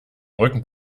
rücken